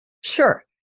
Sure